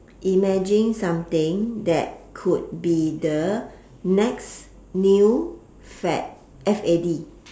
imagine something that could be the next new fad F A D